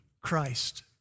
Christ